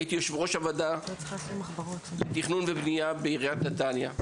הייתי יושב-ראש הוועדה לתכנון ובנייה בעיריית נתניה,